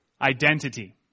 identity